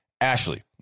Ashley